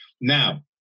Now